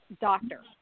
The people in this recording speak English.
doctor